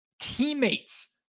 teammates